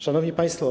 Szanowni Państwo!